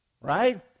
right